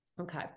Okay